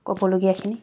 ক'বলগীয়াখিনি